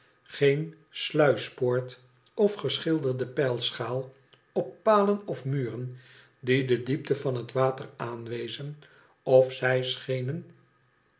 geen sluispoort of geschilderde peilschaal op palen of muren die de diepte van het water aanwezen of zij schenen